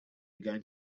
going